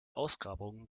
ausgrabungen